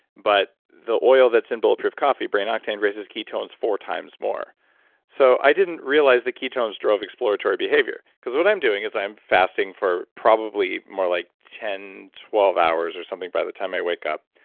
but the oil that's in bulletproof coffee, brain octane, raises ketones four times more so i didn't realize that ketones drove exploratory behavior, because what i'm doing is i'm fasting for probably more like ten, twelve hours or something by the time i wake up.